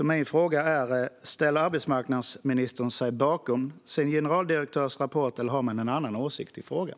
Min fråga är därför: Ställer arbetsmarknadsministern sig bakom sin generaldirektörs rapport, eller har hon en annan åsikt i frågan?